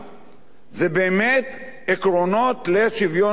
זה באמת עקרונות לשוויון בנטל.